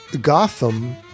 Gotham